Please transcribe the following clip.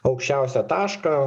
aukščiausią tašką